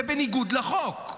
זה בניגוד לחוק.